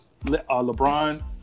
LeBron